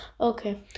okay